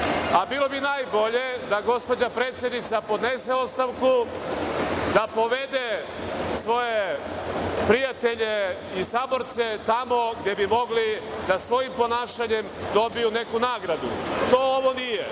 a bilo bi najbolje da gospođa predsednica podnese ostavku, da povede svoje prijatelje i saborce tamo gde bi mogli da svojim ponašanjem dobiju neku nagradu. To ovo